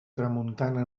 tramuntana